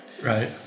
Right